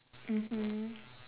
mmhmm